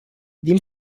din